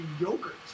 yogurt